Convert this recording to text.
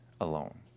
alone